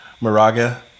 Moraga